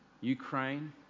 Ukraine